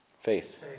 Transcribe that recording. Faith